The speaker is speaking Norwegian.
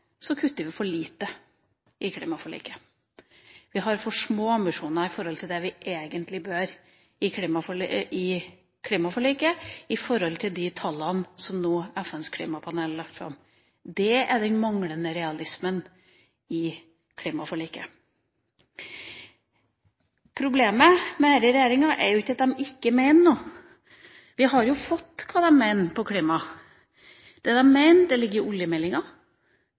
kutter vi for lite i klimaforliket. Vi har for små ambisjoner i forhold til det vi egentlig bør ha i klimaforliket med tanke på de tallene som FNs klimapanel nå har lagt fram. Det er den manglende realismen i klimaforliket. Problemet med denne regjeringa er jo ikke at de ikke mener noe. Vi har fått høre hva de mener når det gjelder klima. Det de mener, ligger i oljemeldinga. Det de mener, ligger i